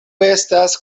estas